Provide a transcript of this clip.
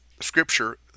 Scripture